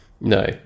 no